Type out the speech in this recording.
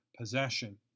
possession